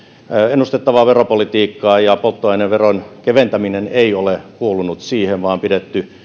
ennustettavaa veropolitiikkaa ja polttoaineveron keventäminen ei ole kuulunut siihen vaan se on pidetty